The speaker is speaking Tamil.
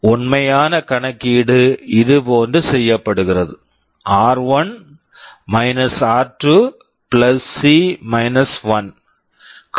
உண்மையான கணக்கீடு இதுபோன்று செய்யப்படுகிறது ஆர்1 - ஆர்2 சி - 1 r1 r2 C - 1